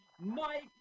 mike